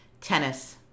Tennis